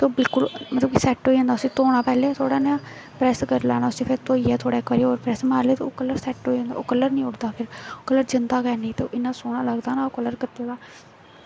ते मतलब कि बिल्कुल सैट्ट होई जंदा उसी धोना पैह्लें थोह्ड़ा नेहा प्रैस्स करी लैना थोह्ड़ा धोइयै प्रैस्स मारी लो कल्लर सैट्ट होई जंदा ओह् कल्लर निं उड़दा फिर जंदा गै निं ते इन्ना सोह्ना लगदा ना ओह् कल्लर कीते दा